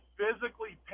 physically